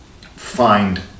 find